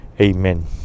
Amen